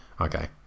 okay